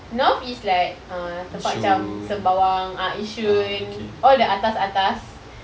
north is like uh tempat macam sembawang ah yishun all the atas atas